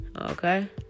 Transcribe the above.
Okay